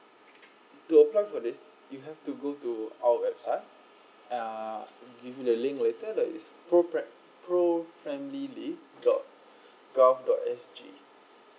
to apply for this you have to go to our website uh I give you the link later that is pro pro friendly leave dot gov dot S_G